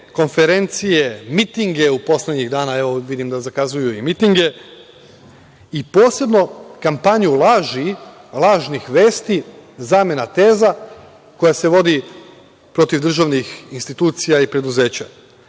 konferencije, mitinge u poslednjih dana, evo vidim da zakazuju i mitinge i posebno kampanju laži, lažnih vesti, zamena teza koja se vodi protiv državnih institucija i preduzeća. Dakle,